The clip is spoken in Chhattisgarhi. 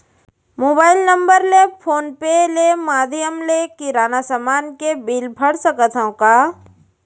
मोबाइल नम्बर ले फोन पे ले माधयम ले किराना समान के बिल भर सकथव का?